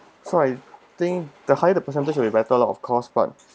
so I think the higher the percentage will be better loh of course but